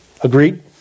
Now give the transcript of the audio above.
Agreed